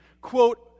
quote